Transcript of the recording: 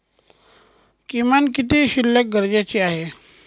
किमान किती शिल्लक गरजेची आहे?